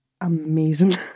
amazing